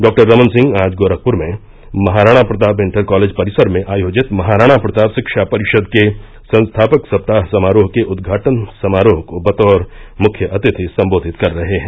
डॉ रमन सिंह आज गोरखपुर में महाराणा प्रताप इंटर कालेज परिसर में आयोजित महाराणा प्रताप रिक्षा परिषद के संस्थापक सप्ताह समारोह के उद्घाटन समारोह को बतौर मुख्य अतिथि संबोधित कर रहे हैं